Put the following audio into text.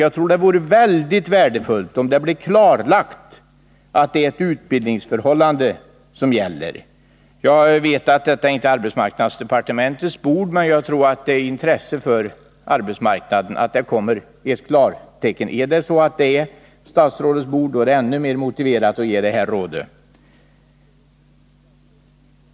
Jag tror att det vore mycket värdefullt, om det kunde bli klarlagt att det är ett utbildningsförhållande. Jag vet att detta inte är arbetsmarknadsdepartementets bord, men jag tror att det är av intresse för arbetsmarknaden att det kommer ett klartecken. Om det skulle vara statsrådets bord, är det ännu mer motiverat för mig att ge detta råd.